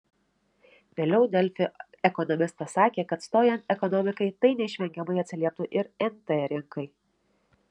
vėliau delfi ekonomistas sakė kad stojant ekonomikai tai neišvengiamai atsilieptų ir nt rinkai